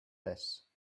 res